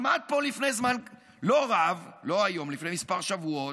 עמד פה לפני זמן לא רב, לא היום, לפני כמה שבועות,